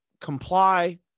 comply